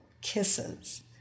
kisses